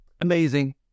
Amazing